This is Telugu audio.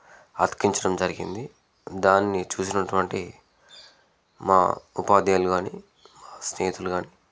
అతికించడం జరిగింది దాన్ని చూసినటువంటి మా ఉపాధ్యాయులు కానీ స్నేహితులు కానీ